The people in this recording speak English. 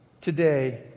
Today